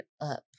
up